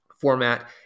format